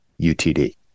utd